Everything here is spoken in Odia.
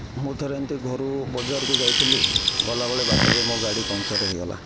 ମୁଁ ଥରେ ଏମିତି ଘରୁ ବଜାରକୁ ଯାଇଥିଲି ଗଲାବେଳେ ବାଟରେ ମୋ ଗାଡ଼ି ପନ୍ଚର୍ ହୋଇଗଲା